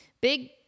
Big